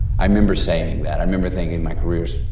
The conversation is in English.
i remember saying that. i remember thinking my career,